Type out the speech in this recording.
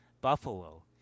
Buffalo